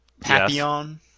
Papillon